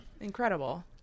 Incredible